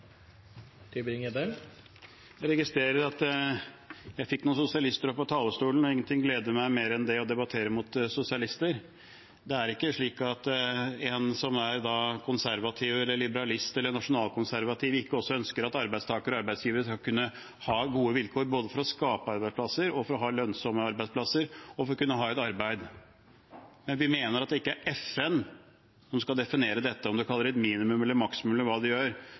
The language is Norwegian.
Jeg registrerer at jeg fikk noen sosialister opp på talerstolen, og ingenting gleder meg mer enn å debattere mot sosialister. Det er ikke slik at en som er konservativ, liberalist eller nasjonalkonservativ, ikke også ønsker at arbeidstakere og arbeidsgivere skal kunne ha gode vilkår, både for å skape arbeidsplasser og ha lønnsomme arbeidsplasser og for å kunne ha et arbeid. Men vi mener at det ikke er FN som skal definere dette. Om man kaller det et minimum eller maksimum, eller hva man gjør